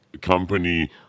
company